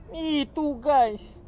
!ee! two guys